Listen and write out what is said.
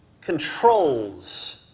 controls